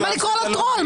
למה לקרוא לו טרול?